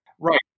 right